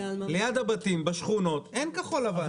ליד הבתים בשכונות אין כחול לבן.